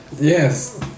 Yes